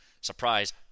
surprise